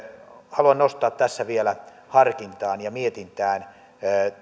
haluan nostaa tässä vielä harkintaan ja mietintään